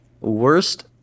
worst